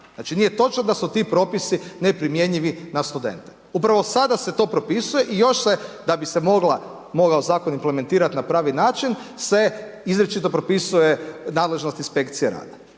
Znači, nije točno da su ti propisi neprimjenjivi na studente. Upravo sada se to propisuje i još se da bi se mogao zakon implementirati na pravi način se izričito propisuje nadležnost inspekcije rada.